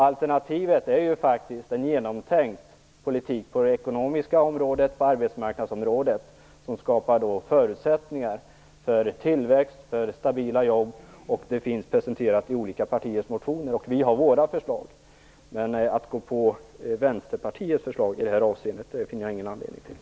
Alternativet är en genomtänkt politik på det ekonomiska området och på arbetsmarknadsområdet som skapar förutsättningar för tillväxt och stabila jobb. Det finns presenterat i olika partiers motioner. Vi har våra förslag. Att gå på Vänsterpartiets förslag i detta avseende finner jag ingen anledning till.